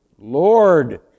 Lord